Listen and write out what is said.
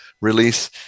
release